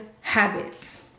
habits